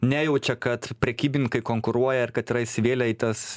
nejaučia kad prekybininkai konkuruoja ir kad yra įsivėlę į tas